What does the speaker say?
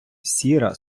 сіра